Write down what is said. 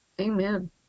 Amen